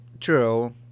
true